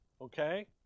okay